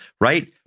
right